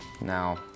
Now